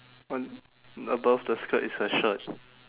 one above the skirt is her shirt